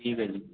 ਠੀਕ ਹੈ ਜੀ